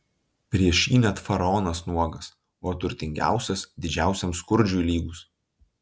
prieš jį net faraonas nuogas o turtingiausias didžiausiam skurdžiui lygus